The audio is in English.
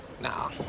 Nah